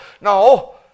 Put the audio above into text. No